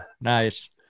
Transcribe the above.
nice